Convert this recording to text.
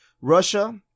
Russia